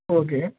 okay